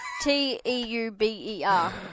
T-E-U-B-E-R